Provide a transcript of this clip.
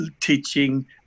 teaching